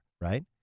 Right